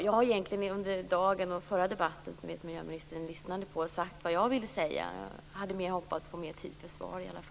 Jag har egentligen under förra debatten, som jag vet att miljöministern lyssnade på, sagt vad jag ville säga. Jag hade hoppats på mer tid för svar.